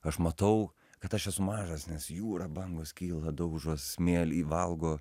aš matau kad aš esu mažas nes jūra bangos kyla daužos smėlį valgo